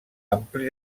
ampli